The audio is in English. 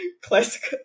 classic